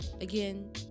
again